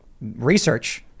research